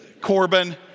Corbin